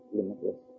limitless